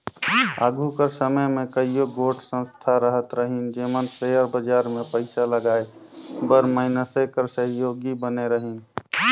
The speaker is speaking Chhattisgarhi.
आघु कर समे में कइयो गोट संस्था रहत रहिन जेमन सेयर बजार में पइसा लगाए बर मइनसे कर सहयोगी बने रहिन